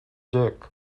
dick